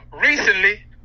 Recently